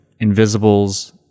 invisibles